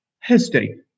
history